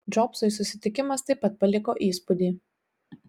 džobsui susitikimas taip pat paliko įspūdį